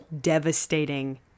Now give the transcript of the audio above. devastating